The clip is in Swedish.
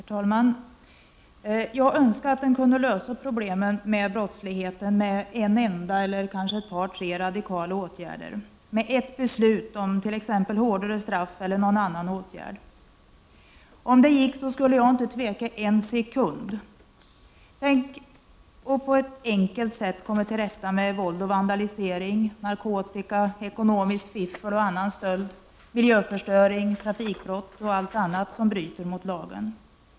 Herr talman! Jag önskade att man kunde lösa problemen med brottsligheten med en enda eller kanske ett par tre radikala åtgärder, med ett beslut om t.ex. hårdare straff eller någon annan åtgärd. Om det gick skulle jag inte tveka en enda sekund. Tänk att på ett enkelt sätt komma till rätta med våld och vandalisering, narkotika, ekonomiskt fiffel och annan stöld, miljöförstö ring, trafikbrott och allt annat som bryter mot våra lagar!